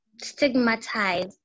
stigmatized